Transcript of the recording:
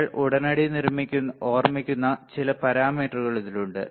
നിങ്ങൾ ഉടനടി ഓർമിക്കുന്ന ചില പാരാമീറ്ററുകൾ ഇതിലുണ്ട്